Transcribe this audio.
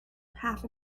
half